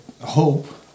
hope